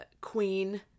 queen